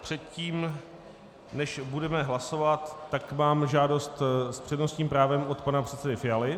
Předtím, než budeme hlasovat, tak mám žádost s přednostním právem od pana předsedy Fialy.